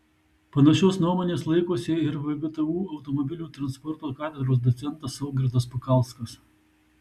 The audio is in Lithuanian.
panašios nuomonės laikosi ir vgtu automobilių transporto katedros docentas saugirdas pukalskas